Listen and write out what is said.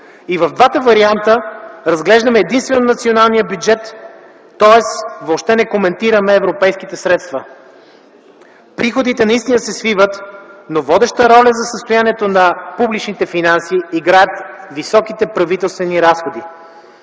и в двата варианта разглеждаме единствено националния бюджет, тоест въобще не коментираме европейските средства. Приходите наистина се свиват, но водеща роля за състоянието на публичните финанси играят високите правителствени разходи.